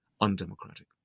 undemocratic